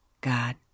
God